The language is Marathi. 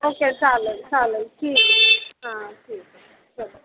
ओके चालेल चालेल ठीक हां ठीक आहे चला